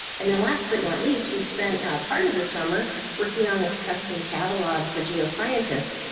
and then last but not least we spent part of the summer working on this custom catalog for geoscientists.